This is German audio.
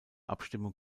abstimmung